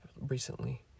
recently